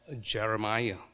Jeremiah